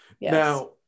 Now